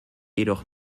jedoch